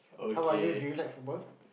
how about you do you like football